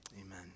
Amen